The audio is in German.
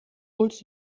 holst